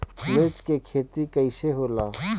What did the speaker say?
मिर्च के खेती कईसे होला?